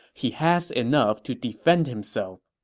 he has enough to defend himself.